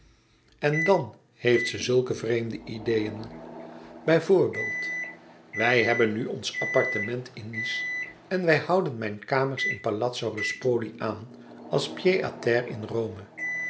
en dan heeft ze zulke vreemde ideeën bij voorbeeld wij hebben nu ons appartement in nice en wij houden mijn kamers in het palazzo ruspoli aan als pied-à-terre in rome